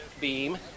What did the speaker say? beam